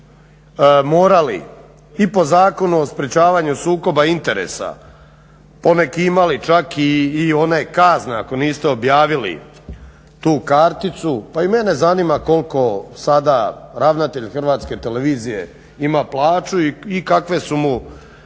morali i po Zakonu o sprečavanju sukoba interesa poneki imali čak i one kazne ako niste objavili tu karticu pa i mene zanima koliko sada ravnatelj HRT-a ima plaću ikakva su mu